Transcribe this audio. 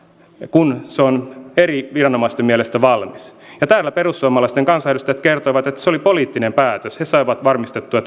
kun se on eri viranomaisten mielestä valmis ja täällä perussuomalaisten kansanedustajat kertoivat että se se oli poliittinen päätös he saivat varmistettua